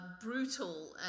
brutal